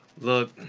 Look